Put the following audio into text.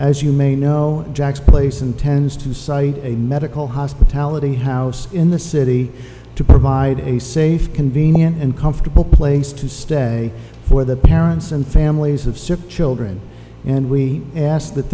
as you may know jack's place intends to site a medical hospitality house in the city to provide a safe convenient and comfortable place to stay for the parents and families of sept eleventh and we asked that